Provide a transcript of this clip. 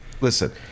listen